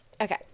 okay